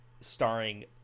starring